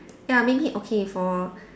ya maybe okay for